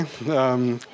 Okay